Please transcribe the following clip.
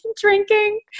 drinking